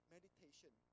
Meditation